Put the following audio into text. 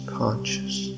conscious